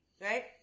Right